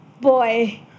Boy